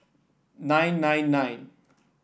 nine nine nine